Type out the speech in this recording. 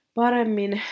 paremmin